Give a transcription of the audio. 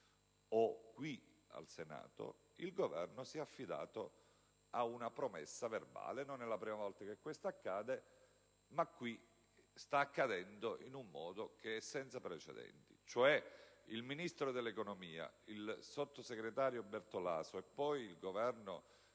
o qui in Senato, il Governo si è affidato ad una promessa verbale. Non è la prima volta che questo accade, ma qui sta accadendo in un modo che è senza precedenti, cioè il Ministro dell'economia, il sottosegretario Bertolaso e poi il